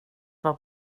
var